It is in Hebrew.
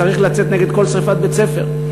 צריך לצאת נגד כל שרפת בית-ספר.